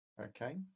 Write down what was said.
Okay